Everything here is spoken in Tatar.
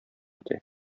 үтә